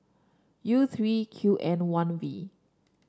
U three Q N one V